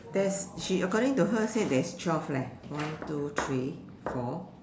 there's she according to her said there's twelve one two three four